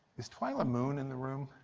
is twyla moon in the room?